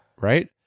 right